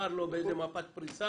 ושיבחר לו באיזה מפת פריסה.